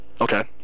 Okay